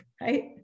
right